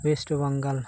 West Bengal